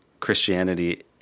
Christianity